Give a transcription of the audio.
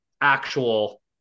actual